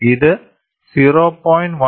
ഇത് 0